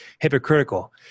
hypocritical